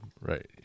right